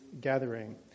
gathering